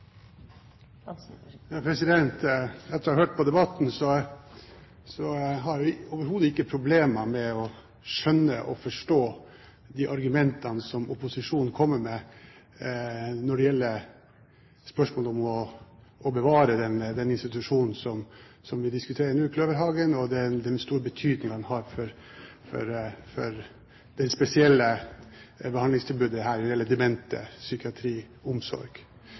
Etter å ha hørt på debatten har jeg overhodet ikke problemer med å forstå de argumentene som opposisjonen kommer med når det gjelder spørsmålet om å bevare den institusjonen som vi diskuterer nå, Kløverhagen, og den store betydningen den har for det spesielle behandlingstilbudet til demente, nemlig psykiatri/omsorg. Denne debatten reiser jo et annet aspekt ved hele styringen av helsesektoren på mange måter. For